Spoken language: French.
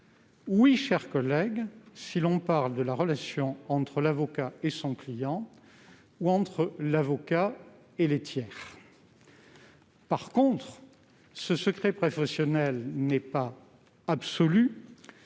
Oui, mes chers collègues, si l'on parle de la relation entre l'avocat et son client, ou entre l'avocat et les tiers. En revanche, ce secret professionnel n'est pas absolu